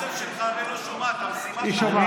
האוזן שלך הרי לא שומעת, היא שומעת.